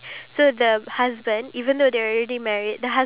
to really like fall in love all over again